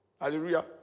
Hallelujah